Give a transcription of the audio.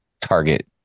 target